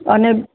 અને